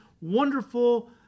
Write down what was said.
wonderful